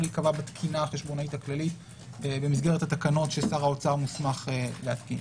להיקבע בתקינה החשבונאית הכללית במסגרת התקנות ששר האוצר מוסמך להתקין.